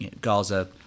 Gaza